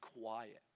quiet